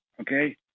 okay